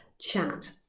chat